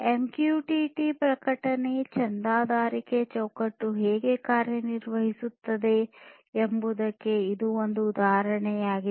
MQTT ಪ್ರಕಟಣೆ ಚಂದಾದಾರಿಕೆ ಚೌಕಟ್ಟು ಹೇಗೆ ಕಾರ್ಯನಿರ್ವಹಿಸುತ್ತದೆ ಎಂಬುದಕ್ಕೆ ಇದು ಒಂದು ಉದಾಹರಣೆಯಾಗಿದೆ